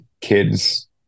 kids